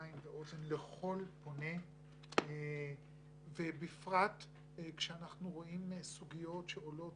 עין ואוזן לכל פונה ובפרט כאשר אנחנו רואים סוגיות שעולות